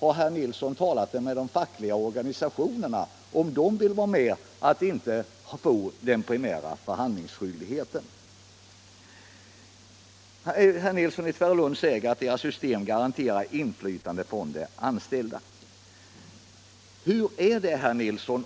Har herr Nilsson frågat de fackliga organisationerna om de vill avstå från den primära förhandlingsrättigheten? Herr Nilsson förklarade att centerns system garanterar inflytande för de anställda. Hur är det med det, herr Nilsson?